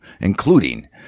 including